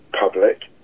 public